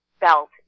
belt